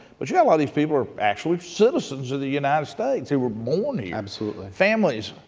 but you know ah these people are actually citizens of the united states. they were born here. absolutely. families,